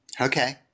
Okay